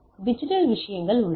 digital விஷயங்கள் உள்ளன